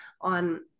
on